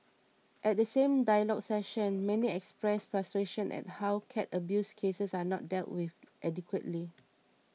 at the same dialogue session many expressed frustration at how cat abuse cases are not dealt with adequately